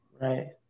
Right